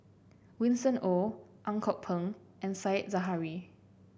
Winston Oh Ang Kok Peng and Said Zahari